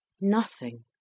Nothing